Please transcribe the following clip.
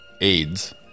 AIDS